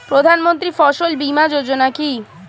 প্রধানমন্ত্রী ফসল বীমা যোজনা কি?